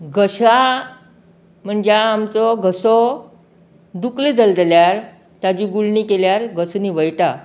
घश्या म्हणज्या आमचो घसो दुकलो जाल जाल्यार ताजी गुळणी केल्यार घोसो निवळटा